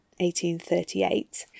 1838